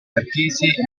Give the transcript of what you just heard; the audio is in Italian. marchese